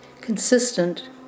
Consistent